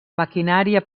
maquinària